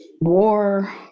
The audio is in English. war